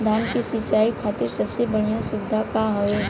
धान क सिंचाई खातिर सबसे बढ़ियां सुविधा का हवे?